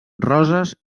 roses